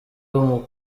bose